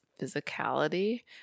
physicality